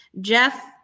Jeff